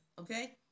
okay